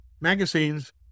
magazines